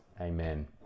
Amen